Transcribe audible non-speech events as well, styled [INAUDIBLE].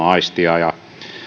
[UNINTELLIGIBLE] aistii uloshengitysilmaa ja